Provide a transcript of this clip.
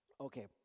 Okay